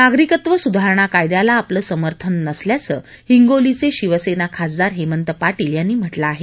नागरिकता सुधारणा कायद्याला आपलं समर्थन नसल्याचं हिंगोलीचे शिवसेना खासदार हेमंत पाटील यांनी म्हटलं आहे